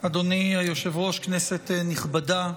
היושב-ראש, כנסת נכבדה,